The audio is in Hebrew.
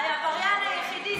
העבריין היחידי זה אתה.